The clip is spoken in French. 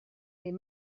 des